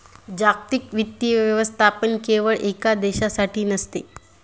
जागतिक वित्तीय व्यवस्था केवळ एका देशासाठी नसते